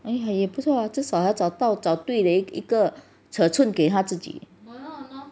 还好也不错至少还找到找对了一个尺寸给她自己